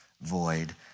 void